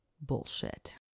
bullshit